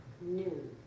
new